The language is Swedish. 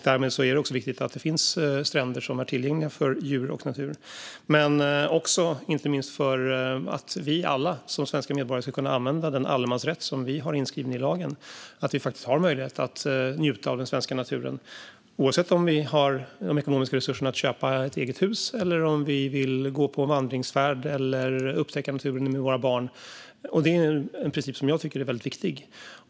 Därmed är det också viktigt att det finns stränder som är tillgängliga för djur och natur. Men det handlar också, och inte minst, om att vi alla som svenska medborgare ska kunna använda den allemansrätt som vi har inskriven i lagen. Vi ska ha möjlighet att njuta av den svenska naturen oavsett om vi har de ekonomiska resurserna att köpa ett eget hus eller om vi vill gå på vandringsfärd eller upptäcka naturen med våra barn. Det är en princip som jag tycker är väldigt viktig.